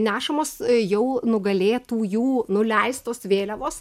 nešamos jau nugalėtųjų nuleistos vėliavos